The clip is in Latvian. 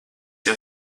jau